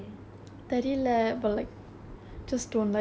sorry what were you saying I couldn't really get you